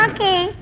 Okay